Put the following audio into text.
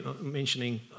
mentioning